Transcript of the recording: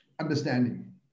understanding